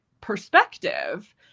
perspective